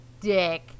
dick